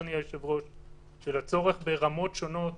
אדוני היושב-ראש על הנושא של הצורך ברמות שונות